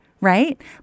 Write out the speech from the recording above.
Right